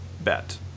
bet